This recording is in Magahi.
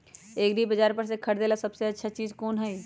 एग्रिबाजार पर से खरीदे ला सबसे अच्छा चीज कोन हई?